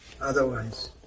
otherwise